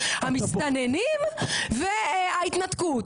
המסתננים וההתנתקות,